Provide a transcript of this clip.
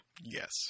Yes